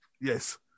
Yes